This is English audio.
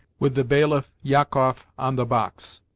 with the bailiff, jakoff, on the box,